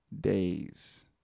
days